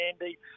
Andy